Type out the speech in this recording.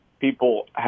people